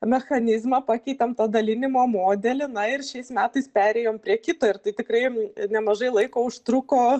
mechanizmą pakeitėm tą dalinimo modelį na ir šiais metais perėjom prie kito ir tai tikrai nemažai laiko užtruko